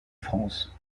france